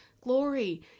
glory